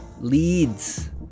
Leeds